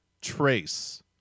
Trace